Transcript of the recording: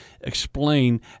explain